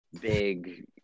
big